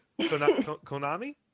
Konami